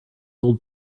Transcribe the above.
old